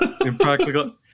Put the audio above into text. impractical